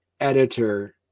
editor